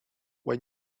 when